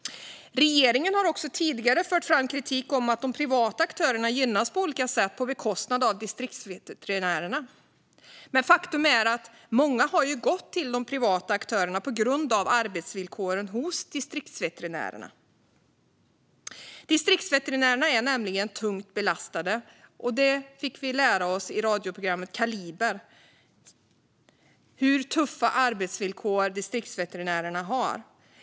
Regeringen har tidigare också fört fram kritik om att de privata aktörerna gynnas på olika sätt på bekostnad av distriktsveterinärerna. Men faktum är att många har gått till de privata aktörerna på grund av arbetsvillkoren hos distriktsveterinärerna. Distriktsveterinärerna är nämligen tungt belastade. Vi fick lära oss av radioprogrammet Kaliber hur tuffa arbetsvillkor distriktsveterinärerna har.